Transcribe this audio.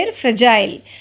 fragile